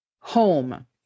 home